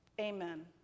Amen